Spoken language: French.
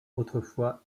autrefois